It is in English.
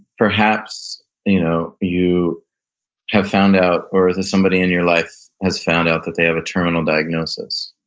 perhaps you know you have found out, or somebody in your life has found out that they have a terminal diagnosis.